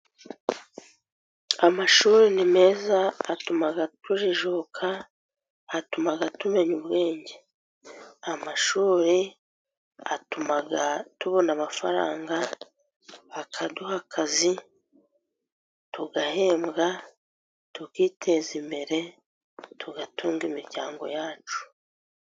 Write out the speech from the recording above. Amashuri ni meza, atuma tujijuka, atuma tumenya ubwenge. Amashuri atuma tubona amafaranga, akaduha akazi, tugahembwa, tukiteza imbere, tugatunga imiryango yacu.